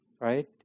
right